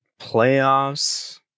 Playoffs